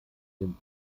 dem